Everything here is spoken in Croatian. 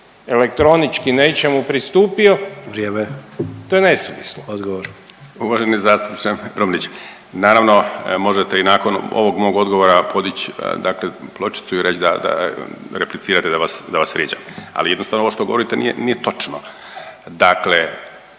Odgovor. **Martinović, Juro** Uvaženi zastupniče Brumnić, naravno možete i nakon ovog mog odgovora podići dakle pločicu i reći da, da replicirate da vas vrijeđam, ali jednostavno ovo što govorite nije točno. Dakle,